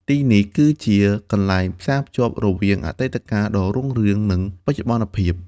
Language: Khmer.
ទីនេះគឺជាកន្លែងផ្សារភ្ជាប់រវាងអតីតកាលដ៏រុងរឿង និងបច្ចុប្បន្នភាព។